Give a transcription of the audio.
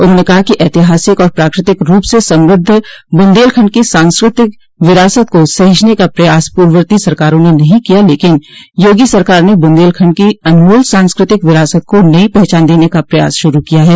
उन्होंने कहा कि ऐतिहासिक और प्राकृतिक रूप से समृद्ध बुन्देलखण्ड की सांस्कृतिक विरासत को सहेजने का प्रयास पूर्ववर्ती सरकारों ने नहीं किया लेकिन योगी सरकार ने बुन्देलखण्ड की अनमोल सांस्कृतिक विरासत को नयी पहचान देने का प्रयास शुरू किया है